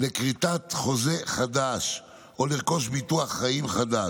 לכריתת חוזה חדש או לרכוש ביטוח חיים חדש.